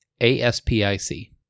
A-S-P-I-C